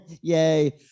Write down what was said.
Yay